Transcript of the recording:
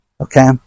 Okay